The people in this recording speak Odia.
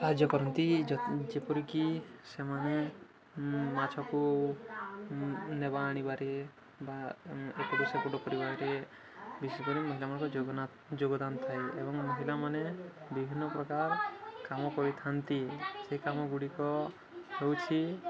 ସାହାଯ୍ୟ କରନ୍ତି ଯେପରିକି ସେମାନେ ମାଛକୁ ନେବା ଆଣିବାରେ ବା ଏପୁଟ ସେପୁଟ କରିବାରେ ବିଶେଷ କରି ମହିଳାମାନଙ୍କ ଯୋଗଦାନ ଥାଏ ଏବଂ ମହିଳାମାନେ ବିଭିନ୍ନ ପ୍ରକାର କାମ କରିଥାନ୍ତି ସେ କାମ ଗୁଡ଼ିକ ହେଉଛି